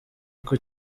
uko